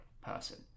person